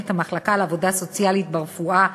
מנהלת המחלקה לעבודה סוציאלית ברפואה